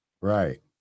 Right